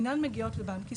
אינן מגיעות לבנק ישראל.